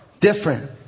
different